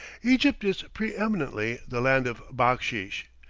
egypt is pre-eminently the land of backsheesh,